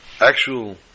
actual